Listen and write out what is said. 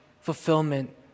fulfillment